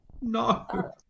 No